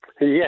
Yes